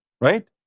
right